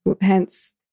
Hence